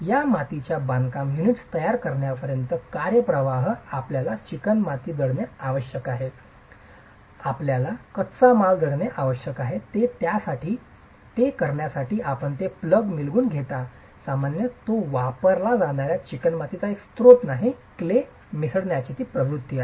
या मातीच्या बांधकाम युनिट्स तयार करण्यापर्यंत कार्यप्रवाह आपल्याला चिकणमाती दळणे आवश्यक आहे आपल्याला कच्चा माल दळणे आवश्यक आहे ते करण्यासाठी आपण ते पग मिलमधून घेता सामान्यत तो वापरल्या जाणार्या चिकणमातीचा एकच स्रोत नाही क्ले मिसळण्याची प्रवृत्ती आहे